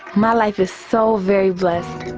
my life is so very blessed.